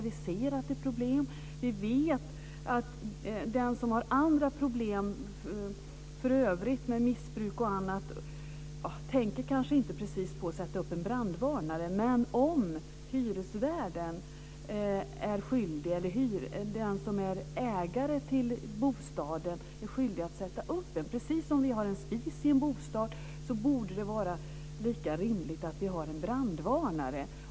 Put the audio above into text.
Vi ser att det är problem för dem. Vi vet att den som har problem för övrigt, med missbruk och annat, kanske inte tänker på att sätta upp en brandvarnare. Men tänk om hyresvärden eller den som äger bostaden är skyldig att sätta upp en brandvarnare. Precis som det finns en spis i en bostad borde det vara rimligt att det finns en brandvarnare.